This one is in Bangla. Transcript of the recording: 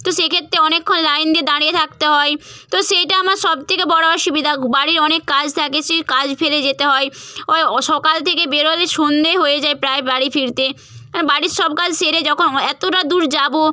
তো সেক্ষেত্রে অনেকক্ষণ লাইন দিয়ে দাঁড়িয়ে থাকতে হয় তো সেইটা আমার সবথেকে বড় অসুবিধা বাড়ির অনেক কাজ থাকে সেই কাজ ফেলে যেতে হয় সকাল থেকে বেরোলে সন্ধে হয়ে যায় প্রায় বাড়ি ফিরতে বাড়ির সব কাজ সেরে যখন এতোটা দূর যাবো